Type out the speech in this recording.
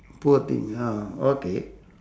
poor thing ah okay